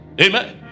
Amen